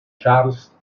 charles